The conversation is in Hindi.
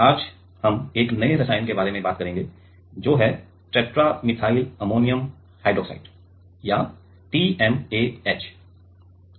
अब आज हम 1 नए रसायन के बारे में बात करेंगे जो टेट्रा मिथाइल अमोनियम हाइड्रॉक्साइड या TMAH है